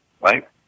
Right